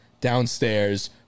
downstairs